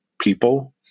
people